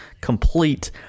complete